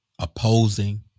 opposing